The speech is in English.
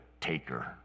taker